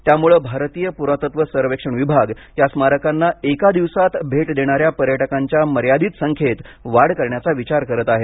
त्यामुळे भारतीय पुरातत्व सर्वेक्षण विभाग या स्मारकांना एका दिवसांत भेट देणाऱ्या पर्यटकांच्या मर्यादित संख्येत वाढ करण्याचा विचार करीत आहे